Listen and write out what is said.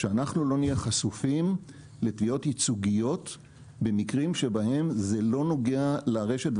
שאנחנו לא נהיה חשופים לתביעות ייצוגיות במקרים שבהם זה לא נוגע לרשת.